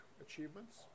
achievements